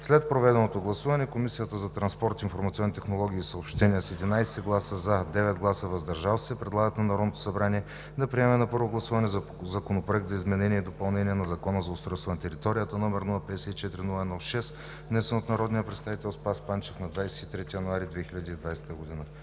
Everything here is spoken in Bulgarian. След проведеното гласуване Комисията по транспорт, информационни технологии и съобщения с 11 гласа „за“ и 9 гласа „въздържал се“ предлага на Народното събрание да приеме на първо гласуване Законопроект за изменение и допълнение на Закона за устройство на територията, № 054-01-6, внесен от народния представител Спас Панчев на 23 януари 2020 г.“